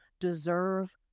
deserve